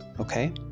okay